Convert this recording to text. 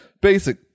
basic